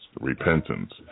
repentance